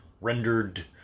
rendered